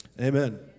amen